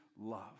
love